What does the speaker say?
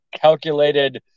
calculated